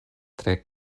tre